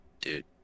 dude